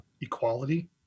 equality